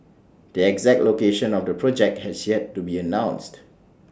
the exact location of the project has yet to be announced